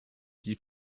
die